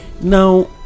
Now